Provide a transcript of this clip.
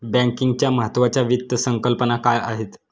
बँकिंगच्या महत्त्वाच्या वित्त संकल्पना काय आहेत?